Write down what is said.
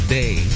day